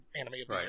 animated